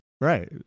right